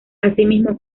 asimismo